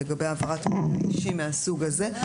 לגבי העברת מידע אישי מהסוג הזה,